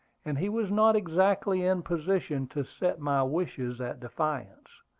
and he was not exactly in position to set my wishes at defiance.